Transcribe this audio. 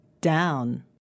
Down